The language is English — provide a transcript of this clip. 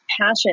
passion